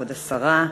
כבוד השרה,